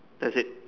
that's it